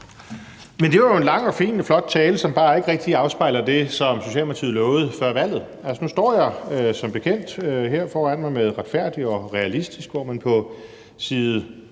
Det var jo en lang og fin og flot tale, som bare ikke rigtig afspejler det, som Socialdemokratiet lovede før valget. Altså, nu står jeg som bekendt her med udspillet »Retfærdig og Realistisk«, hvor man på side